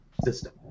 system